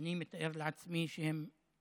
אני מתאר לעצמי שהם